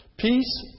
Peace